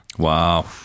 Wow